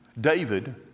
David